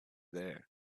there